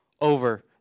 over